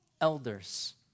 elders